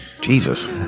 Jesus